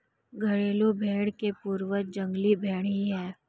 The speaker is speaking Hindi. घरेलू भेंड़ के पूर्वज जंगली भेंड़ ही है